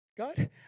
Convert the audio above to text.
God